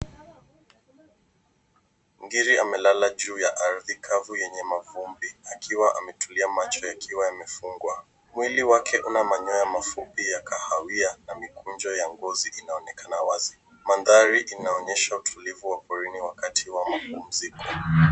Ngiri amelala juu ya ardhi kavu yenye mavumbi ,akiwa ametulia macho yakiwa yamefungwa .Mwili wake una manyoya mafupi ya kahawia na mikunjo ya ngozi inaonekana wazi. mandhari inaonyesha utilivu wa porini wakati wa mapumziko.